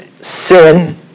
sin